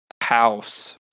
house